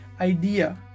idea